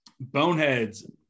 Boneheads